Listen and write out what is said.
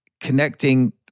connecting